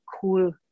cool